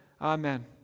Amen